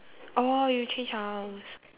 oh you change house